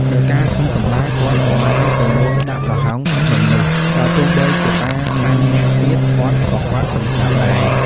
ដោយការខឹងសម្បារ គាត់ក៏បានទៅនោមដាក់ប្រហោងភ្នំនោះ បើទោះបីជាតា៥នាក់ទៀតឃាត់ក៏គាត់ពុំស្តាប់ដែរ។